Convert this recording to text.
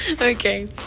okay